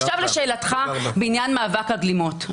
עכשיו לשאלתך בעניין מאבק הגלימות.